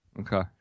Okay